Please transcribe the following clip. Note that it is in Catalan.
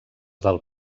del